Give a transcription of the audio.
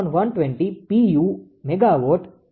તો તે 1120 pu MWHzના બરાબર છે